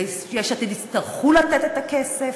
ויש עתיד יצטרכו לתת את הכסף,